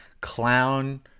clown